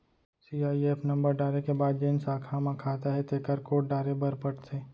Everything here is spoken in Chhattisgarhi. सीआईएफ नंबर डारे के बाद जेन साखा म खाता हे तेकर कोड डारे बर परथे